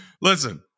listen